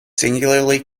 singularly